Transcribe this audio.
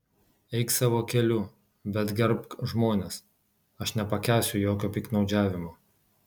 eik savo keliu bet gerbk žmones aš nepakęsiu jokio piktnaudžiavimo